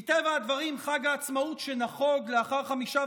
מטבע הדברים חג העצמאות שנחוג לאחר חמישה